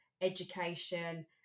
education